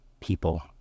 people